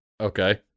Okay